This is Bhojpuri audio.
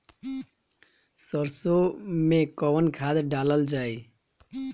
सरसो मैं कवन खाद डालल जाई?